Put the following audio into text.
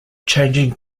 changing